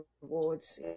rewards